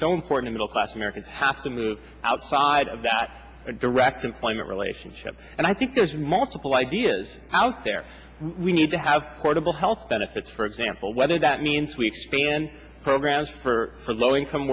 so important middle class americans have to move outside of that direct employment relationship and i think there's multiple ideas out there we need to have portable health benefits for example whether that means we expand programs for low income